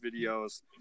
videos